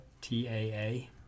T-A-A